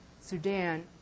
Sudan